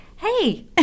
Hey